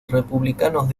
republicanos